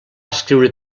escriure